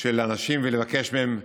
של אנשים ולבקש מהם להתבונן.